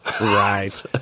right